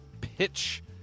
pitch